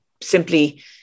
simply